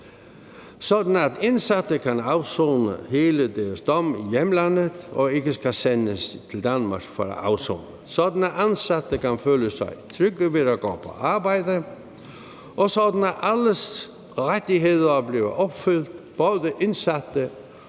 sådan at indsatte kan afsone hele deres dom i hjemlandet og ikke skal sendes til Danmark for at afsone, og så de ansatte kan føle sig trygge ved at gå på arbejde, og sådan at alles rettigheder bliver overholdt, både indsattes og